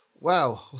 Wow